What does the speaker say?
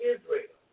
Israel